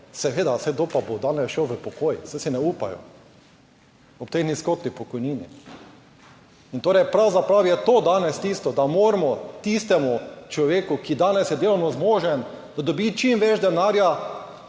Seveda, saj kdo pa bo danes šel v pokoj, saj si ne upajo ob tej nizkotni pokojnini. Torej pravzaprav je to danes tisto, da moramo tistemu človeku, ki danes je delovno zmožen, da dobi čim več denarja,